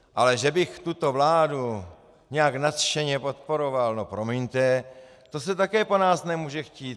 Ale že bych tuto vládu nějak nadšeně podporoval, no promiňte, to se také po nás nemůže chtít.